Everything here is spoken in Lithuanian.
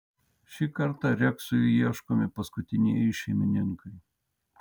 šį kartą reksui ieškomi paskutinieji šeimininkai